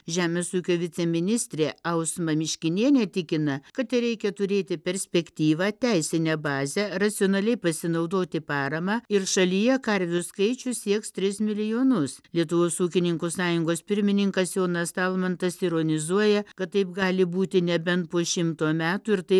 žemės ūkio viceministrė ausma miškinienė tikina kad tereikia turėti perspektyvą teisinę bazę racionaliai pasinaudoti parama ir šalyje karvių skaičius sieks tris milijonus lietuvos ūkininkų sąjungos pirmininkas jonas talmantas ironizuoja kad taip gali būti nebent po šimto metų ir tai